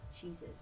cheeses